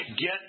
get